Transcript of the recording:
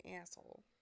asshole